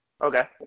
Okay